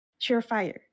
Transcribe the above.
surefire